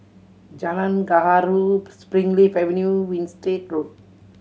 Jalan Gaharu Springleaf Avenue Winstedt Road